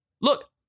Look